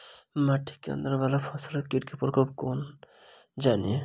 माटि केँ अंदर वला फसल मे कीट केँ प्रकोप केँ कोना जानि?